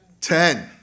Ten